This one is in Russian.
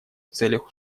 целях